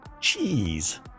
cheese